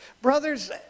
Brothers